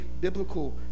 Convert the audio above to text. biblical